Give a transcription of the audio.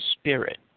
Spirit